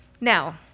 Now